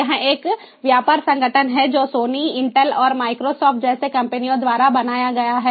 यह एक व्यापार संगठन है जो सोनी इंटेल और माइक्रोसॉफ्ट जैसी कंपनियों द्वारा बनाया गया है